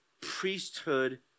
priesthood